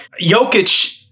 Jokic